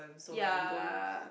ya